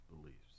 beliefs